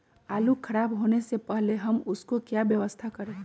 आलू खराब होने से पहले हम उसको क्या व्यवस्था करें?